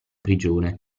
prigione